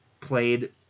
played